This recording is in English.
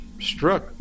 struck